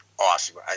awesome